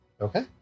Okay